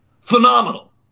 Phenomenal